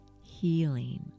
healing